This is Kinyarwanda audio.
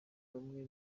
bamwe